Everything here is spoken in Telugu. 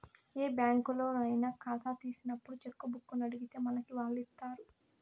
ఏ బ్యాంకులోనయినా కాతా తీసినప్పుడు చెక్కుబుక్కునడిగితే మనకి వాల్లిస్తారు